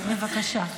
בבקשה.